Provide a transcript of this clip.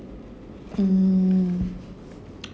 mm